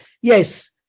yes